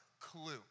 Clue